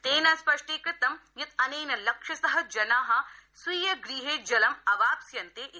तेन स्पष्टीकृतं यत् अनेन लक्षश जना स्वीय गृहे जलं अवाप्स्यन्ते इति